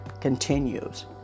continues